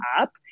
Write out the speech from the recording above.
up